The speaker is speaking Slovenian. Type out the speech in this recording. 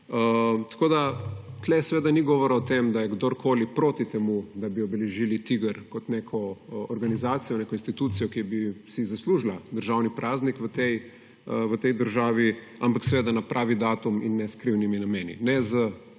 konca. Tu seveda ni govora o tem, da je kdorkoli proti temu, da bi obeležili TIGR kot neko organizacijo, neko institucijo, ki bi si zaslužila državni praznik v tej državi, ampak seveda na pravi datum in ne s skrivnimi nameni.